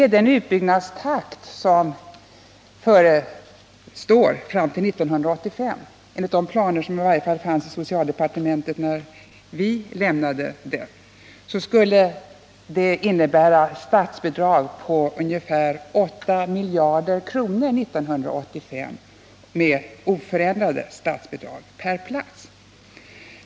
Den utbyggnadstakt som förestår fram till 1985, enligt de planer som fanns i socialdepartementet i varje fall när vi lämnade det, skulle innebära ett statsbidrag på ungefär 8 miljarder år 1985, med oförändrat statsbidrag per plats.